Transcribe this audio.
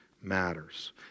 matters